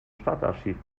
stadtarchiv